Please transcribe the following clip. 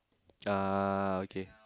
uh okay